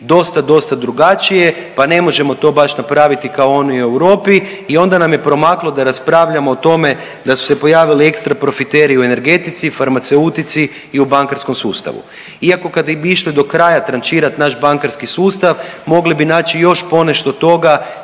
dosta, dosta drugačije, pa ne možemo to baš napraviti kao oni u Europi. I onda nam je promaklo da raspravljamo o tome da su se pojavili ekstra profiteri u energetici, farmaceutici i u bankarskom sustavu. Iako kada bi išli do kraja trančirati naš bankarski sustav mogli bi naći još ponešto toga